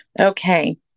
Okay